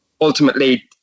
ultimately